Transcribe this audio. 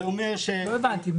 לא הבנתי.